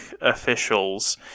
officials